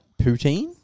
poutine